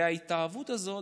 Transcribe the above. וההתאהבות הזאת,